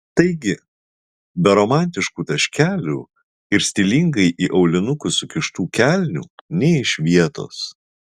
taigi be romantiškų taškelių ir stilingai į aulinukus sukištų kelnių nė iš vietos